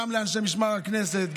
גם לאנשי משמר הכנסת,